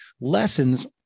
lessons